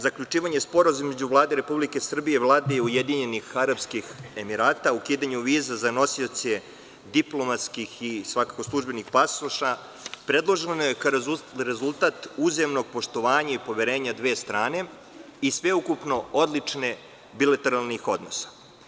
Zaključivanje sporazuma između Vlade Republike Srbije i Vlade Ujedinjenih Arapskih Emirata o ukidanju viza za nosioce diplomatskih i službenih pasoša predloženo je kao rezultat uzajamnog poštovanja i poverenja dve strane i sveukupno odličnih bilateralnih odnosa.